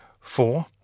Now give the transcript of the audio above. four